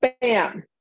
Bam